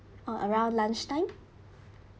or around lunchtime